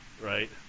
right